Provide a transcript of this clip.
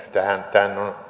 tämän